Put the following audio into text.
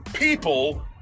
people